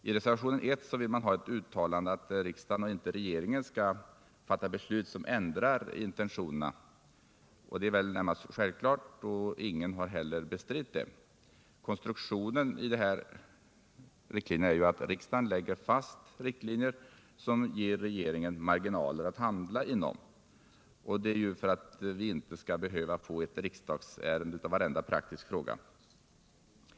I reservationen 1 vill man ha ett uttalande om att riksdagen och inte regeringen skall fatta beslut som ändrar intentionerna. Det är väl närmast självklart, och ingen har heller bestritt det. Konstruktionen är ju den att riksdagen lägger fast riktlinjer som ger regeringen vissa marginaler att handla inom — och det är för att vi inte skall behöva få ett riksdagsärende av varenda praktisk fråga.